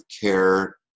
care